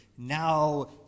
Now